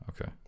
Okay